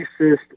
racist